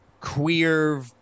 queer